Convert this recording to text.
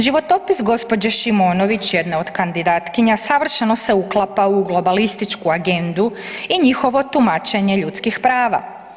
Životopis gospođe Šimonović jedne od kandidatkinja savršeno se uklapa u globalističku agendu i njihovo tumačenje ljudskih prava.